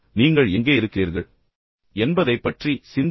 நீங்கள் எங்கே இருக்கிறீர்கள் என்பதைப் பற்றி சிந்தியுங்கள்